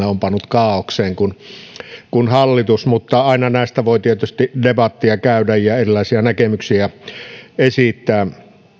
on pannut kaaokseen mutta aina näistä voi tietysti debattia käydä ja erilaisia näkemyksiä esittää